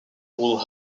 would